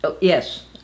Yes